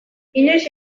inoiz